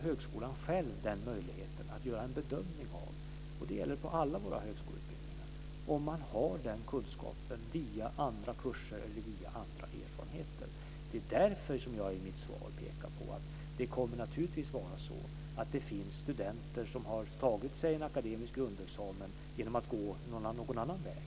Högskolan har själv möjligheten att göra en bedömning av om någon har fått den här kunskapen via andra kurser eller via andra erfarenheter. Det är därför som jag i mitt svar pekar på att det naturligtvis kommer att finnas studenter som har tagit sig en akademisk grundexamen genom att gå någon annan väg.